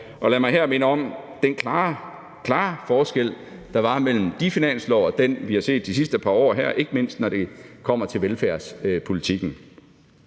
og lad mig her minde om den klare forskel, der er imellem de finanslove og dem, vi har set de sidste par år, ikke mindst når det kommer til velfærdspolitikken,